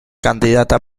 candidata